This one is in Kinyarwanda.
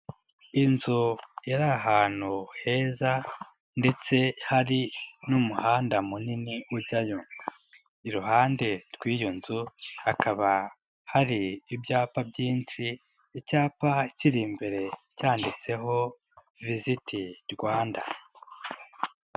Inzu iri ahantu heza ndetse hari n'umuhanda munini ujyayo, iruhande rw'iyo nzu hakaba hari ibyapa byinshi, icyapa kiri imbere cyanditseho Visiti Rwanda.